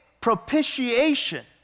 propitiation